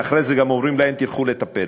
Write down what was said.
ואחרי זה גם אומרים להן: תלכו לטפל.